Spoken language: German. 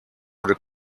wurde